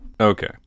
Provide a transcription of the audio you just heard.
Okay